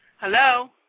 Hello